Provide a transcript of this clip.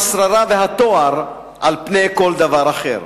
השררה והתואר על פני כל דבר אחר.